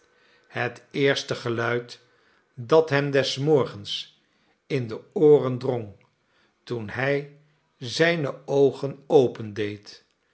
het eerste geluid dat hem des morgens in de ooren drong toen hij zjjne oogen opendeed